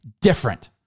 different